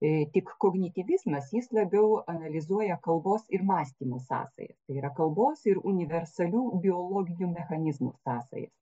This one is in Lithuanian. e tik kognityvizmas jis labiau analizuoja kalbos ir mąstymo sąsaja tai yra kalbos ir universalių biologinių mechanizmų sąsajas